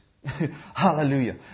Hallelujah